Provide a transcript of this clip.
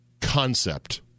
concept